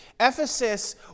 Ephesus